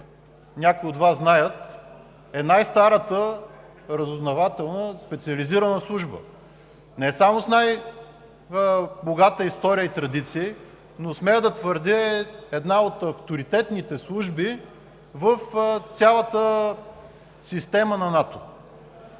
някои от Вас знаят, че е най-старата разузнавателна специализирана служба, не само с най-богата история и традиции, но смея да твърдя, че е една от авторитетните служби в цялата система на НАТО.